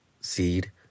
seed